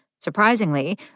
Surprisingly